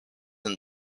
and